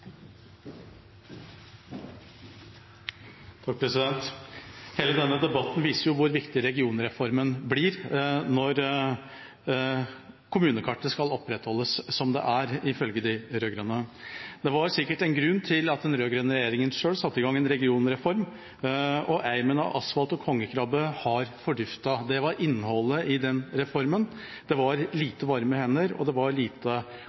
Hele denne debatten viser hvor riktig regionreformen blir når kommunekartet skal opprettholdes som det er – ifølge de rød-grønne. Det var sikkert en grunn til at den rød-grønne regjeringa selv satte i gang en regionreform. Eimen av asfalt og kongekrabbe har forduftet – det var innholdet i den reformen. Det var lite av varme hender, og det var lite